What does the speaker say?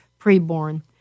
preborn